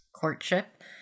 courtship